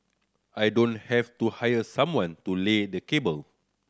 I don't have to hire someone to lay the cable